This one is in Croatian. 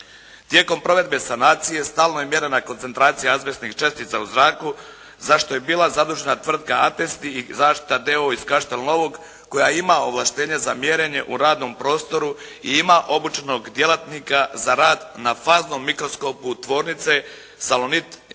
Tijekom provedbe sanacije stalno je mjerena koncentracija azbestnih čestica u zraku za što je bila zadužena tvrtka “Atest“ i “Zaštita“ d.o.o. iz Kaštel Novog koja ima ovlaštenje za mjerenje u radnom prostoru i ima obučenog djelatnika za rad na faznom mikroskopu tvornice “Salonit“